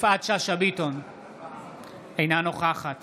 אינה נוכחת